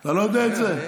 אתה לא יודע את זה?